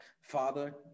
Father